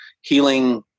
Healing